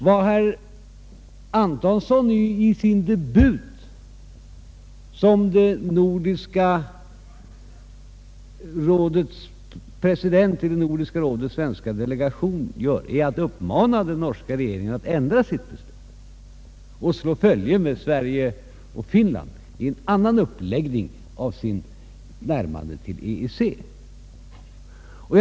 Vad herr Antonsson gör vid sin debut som ordförande i Nordiska rådets svenska delegation är att uppmana den norska regeringen att ändra sitt beslut och slå följe med Sverige och Finland i en annan uppläggning av närmandet till EEC.